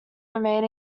remain